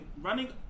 running